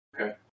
Okay